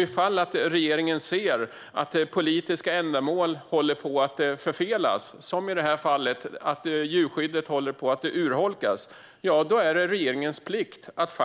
Ifall regeringen ser att politiska ändamål håller på att förfelas, som i det här fallet då djurskyddet håller på att urholkas, är det regeringens plikt att